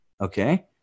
okay